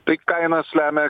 tai kainas lemia